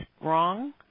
wrong